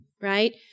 right